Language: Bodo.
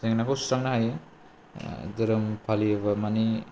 जेंनाखौ सुस्रांनो हायो धोरोम फालियो बा माने